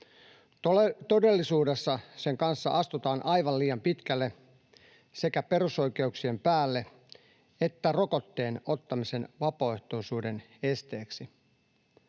Todellisuudessa sen kanssa astutaan aivan liian pitkälle sekä perusoikeuksien päälle että rokotteen ottamisen vapaaehtoisuuden esteeksi.